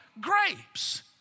grapes